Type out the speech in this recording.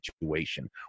situation